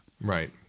Right